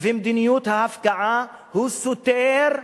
ומדיניות ההפקעה סותר,